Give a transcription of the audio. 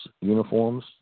uniforms